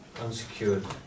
unsecured